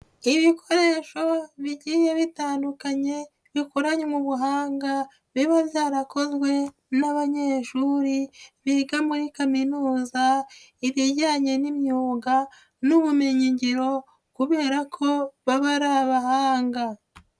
Ibikoresho bigiye bitandukanye bikoranywe mu ubuhanga biba byarakozwe n'abanyeshuri biga muri kaminuza ibijyanye n'imyuga n'ubumenyi ngiro, kubera ko baba ari abahanga.